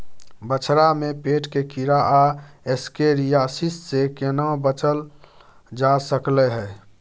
बछरा में पेट के कीरा आ एस्केरियासिस से केना बच ल जा सकलय है?